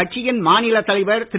கட்சியின் மாநிலத் தலைவர் திரு